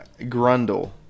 grundle